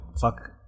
Fuck